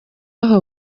aho